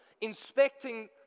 inspecting